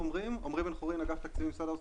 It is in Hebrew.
אני מאגף התקציבים במשרד האוצר.